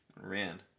Ran